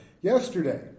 yesterday